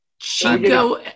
Chico